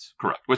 Correct